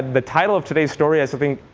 the title of today's story is, i think,